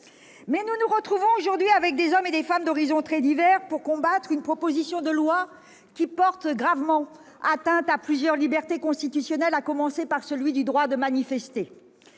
Nous nous retrouvons aujourd'hui, avec des hommes et des femmes d'horizon très divers, pour combattre une proposition de loi qui porte gravement atteinte à plusieurs libertés constitutionnelles, à commencer par le droit de manifester.